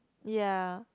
ya